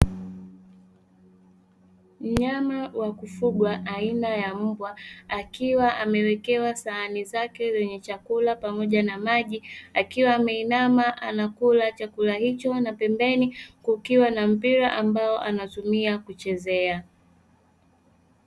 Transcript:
Mnyama wa kufugwa aina ya mbwa akiwa amewekewa sahani zake zenye chakula pamoja na maji akiwa ameinama anakula chakula hicho na pembeni kukiwa na mpira ambao anatumia kuchezea.